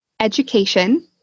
education